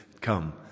come